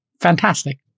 fantastic